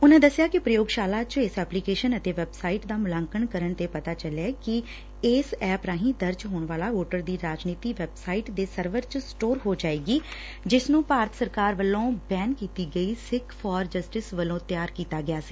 ਉਨਾਂ ਦਸਿਆ ਕਿ ਪ੍ਰਯੋਗਸ਼ਾਲਾ ਚ ਇਸ ਐਪਲੀਕੇਸ਼ਨ ਅਤੇ ਵੈਬਸਾਈਟ ਦਾ ਮੁਲਾਂਕਣ ਕਰਨ ਤੇ ਪਤਾ ਚਲਿਐ ਕਿ ਇਸ ਐਪ ਰਾਹੀਂ ਦਰਜ ਹੋਣ ਵਾਲਾ ਵੋਟਰ ਦੀ ਜਾਣਕਾਰੀ ਵੈਬਸਾਈਟ ਦੇ ਸਰਵਰ ਚ ਸਟੋਰ ਹੋ ਜਾਏਗੀ ਜਿਸ ਨੂੰ ਭਾਰਤ ਸਰਕਾਰ ਵੱਲ ਬੀ ਏ ਐਨ ਕੀਤੀ ਗਈ ਸਿੱਖਸ ਫਾਰ ਜਸਟਿਸ ਵੱਲੋਂ ਤਿਆਰ ਕੀਤਾ ਗੈ ਸੀ